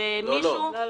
לא.